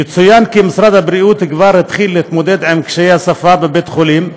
יצוין כי משרד הבריאות כבר התחיל להתמודד עם קשיי השפה בבתי חולים,